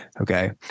Okay